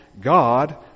God